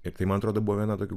ir tai man atrodo buvo viena tokių